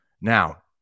now